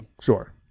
Sure